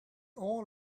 all